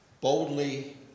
boldly